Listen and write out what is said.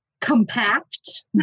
compact